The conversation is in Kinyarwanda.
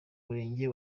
murenge